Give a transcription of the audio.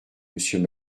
monsieur